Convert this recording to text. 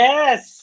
Yes